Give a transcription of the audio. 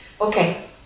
Okay